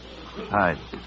Hi